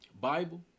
Bible